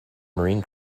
marine